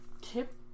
tip